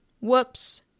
whoops